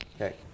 Okay